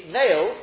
nail